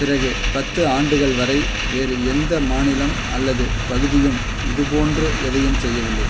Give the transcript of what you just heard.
பிறகு பத்து ஆண்டுகள் வரை வேறு எந்த மாநிலம் அல்லது பகுதியும் இதுபோன்று எதையும் செய்யவில்லை